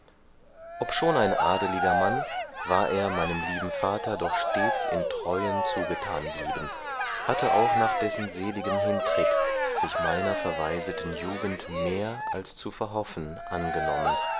obschon ein adeliger mann war er meinem lieben vater doch stets in treuen zugethan blieben hatte auch nach dessen seligem hintritt sich meiner verwaiseten jugend mehr als zu verhoffen angenommen